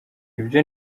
ibyo